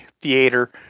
theater